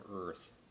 Earth